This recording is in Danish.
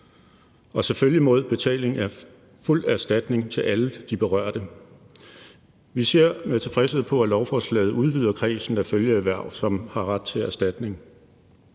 og selvfølgelig mod betaling af fuld erstatning til alle de berørte. Vi ser med tilfredshed på, at lovforslaget udvider kredsen af følgeerhverv, som har ret til erstatning,